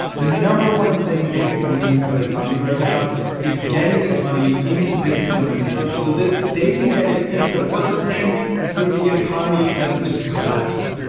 the no. one thing banks can be doing for the economy right now is getting this money into business owners' hands so that they can get it into their workers' hands so that the economy doesn't just collapse.